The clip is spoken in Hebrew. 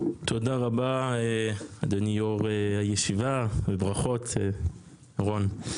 תודה רבה אדוני יושב-ראש הישיבה, וברכות רון.